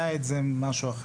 סעיד זה משהו אחר.